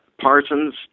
Parsons